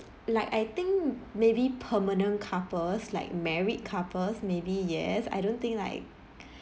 like I think maybe permanent couples like married couples maybe yes I don't think like